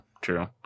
true